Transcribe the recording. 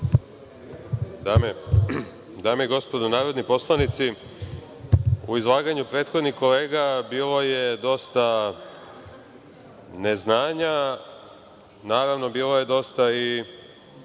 Dame i gospodo narodni poslanici, u izlaganju prethodnih kolega bilo je dosta neznanja, naravno, bilo je dosta i